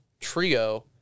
trio